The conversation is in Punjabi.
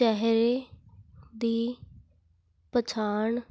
ਚਿਹਰੇ ਦੀ ਪਛਾਣ